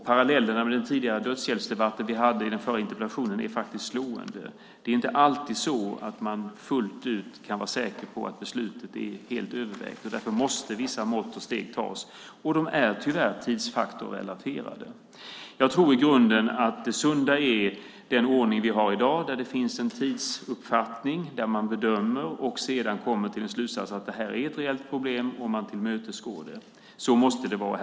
Parallellen med dödshjälpsdebatten med anledning av den förra interpellationen är faktiskt slående. Man kan inte alltid fullt ut vara säker på att beslutet är helt övervägt. Därför måste vissa mått och steg vidtas, och de är tyvärr tidsfaktorrelaterade. Jag tror i grunden att det sunda är den ordning vi har i dag, där det finns en tidsuppfattning, där man bedömer och sedan kommer till slutsatsen att det är ett reellt problem och man tillmötesgår personen. Så måste det vara.